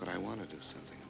but i want to do something